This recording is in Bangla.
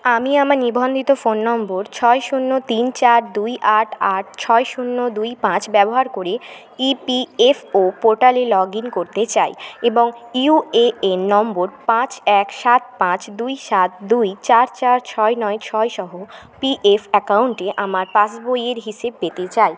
আমি আমার নিবন্ধিত ফোন নম্বর ছয় শূন্য তিন চার দুই আট আট ছয় শূন্য দুই পাঁচ ব্যবহার করে ইপিএফও পোর্টালে লগ ইন করতে চাই এবং ইউএএন নম্বর পাঁচ এক সাত পাঁচ দুই সাত দুই চার চার ছয় নয় ছয় সহ পিএফ অ্যাকাউন্টে আমার পাসবইয়ের হিসেব পেতে চাই